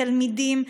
תלמידים,